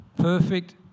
perfect